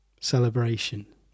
celebration